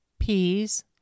peas